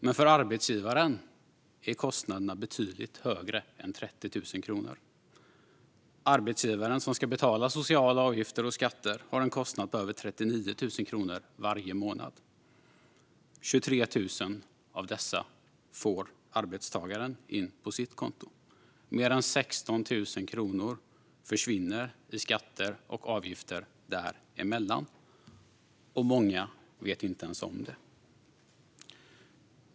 Men för arbetsgivaren är kostnaderna betydligt högre än 30 000 kronor. Arbetsgivaren som ska betala sociala avgifter och skatter har en kostnad på över 39 000 kronor varje månad. Av dessa får arbetstagaren in 23 000 på sitt konto. Mer än 16 000 kronor försvinner i skatter och avgifter däremellan, och många vet inte ens om det.